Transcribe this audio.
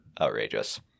outrageous